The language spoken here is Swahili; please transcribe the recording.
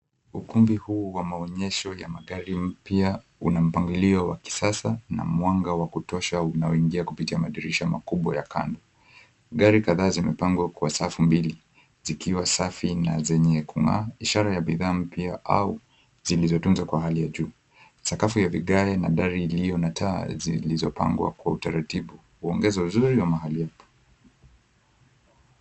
Ukumbi huu wa maonyesho ya magari mpya una mpangilio wa kisasa na mwanga wa kutosha unaoingia kupitia madirisha makubwa ya kando. Gari kadhaa zimepangwa kwa safu mbili zikiwa safi na zenye kung'aa ishara ya bidhaa mpya au zilizo tunzwa kwa hali ya juu, sakafu ya vigae na dari iliyo na taa zilizopangwa kwa utaratibu uongeza uzuri wa mahali hapo.